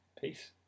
Peace